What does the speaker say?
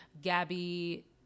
Gabby